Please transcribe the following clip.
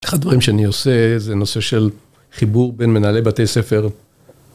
אחד הדברים שאני עושה, זה נושא של חיבור בין מנהלי בתי ספר.